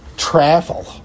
Travel